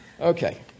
Okay